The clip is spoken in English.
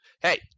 hey